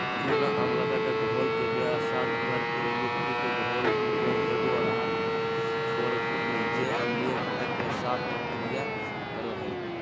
चूना अम्लता के घोल के बेअसर कर के मिट्टी के घोल में एगो आधार छोड़ हइ जे अम्लीय घटक, के साथ प्रतिक्रिया करो हइ